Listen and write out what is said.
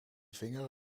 vinger